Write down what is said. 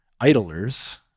idlers